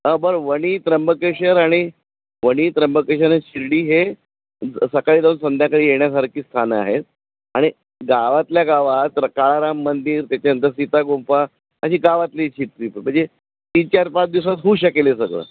हा बरं वणी त्र्यंबकेश्वर आणि वणी त्र्यंबकेश आणि शिर्डी हे सकाळी जाऊ संध्याकाळी येण्यासारखी स्थानं आहेत आणि गावातल्या गावात र् काळाराम मंदिर त्याच्यानंतर सीतागुंफा अशी गावातली म्हणजे तीन चार पाच दिवसात होऊ शकेल हे सगळं